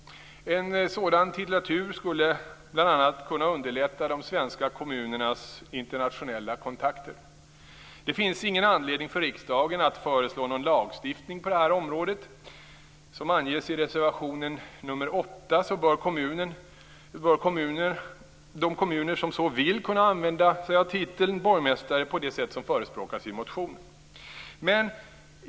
En sådan titulatur skulle bl.a. kunna underlätta de svenska kommunernas internationella kontakter. Det finns dock ingen anledning för riksdagen att föreslå någon lagstiftning på det här området. Som anges i reservation nr 8 bör de kommuner som så vill kunna använda sig av titeln borgmästare på det sätt som förespråkas i motionen.